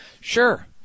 Sure